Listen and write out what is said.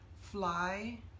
fly